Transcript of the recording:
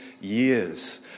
years